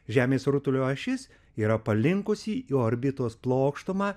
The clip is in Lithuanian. žemės rutulio ašis yra palinkusi į orbitos plokštumą